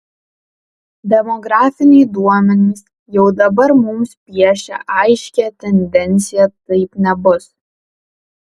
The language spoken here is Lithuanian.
demografiniai duomenys jau dabar mums piešia aiškią tendenciją taip nebus